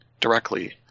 directly